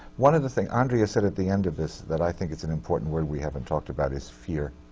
one of the things, andrea said at the end of this, that i think is an important word we haven't talked about, is fear,